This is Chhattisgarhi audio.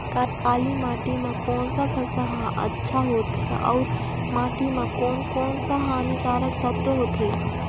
काली माटी मां कोन सा फसल ह अच्छा होथे अउर माटी म कोन कोन स हानिकारक तत्व होथे?